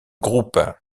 groupe